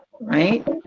Right